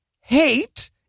hate